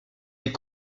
est